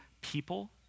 people